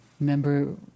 Remember